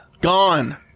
gone